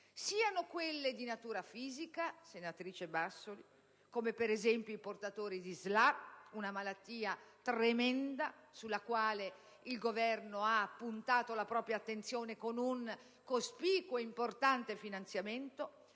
siano quelle di natura fisica, senatrice Bassoli, come per esempio i portatori di SLA, una malattia tremenda sulla quale il Governo ha puntato la propria attenzione con un cospicuo e importante finanziamento,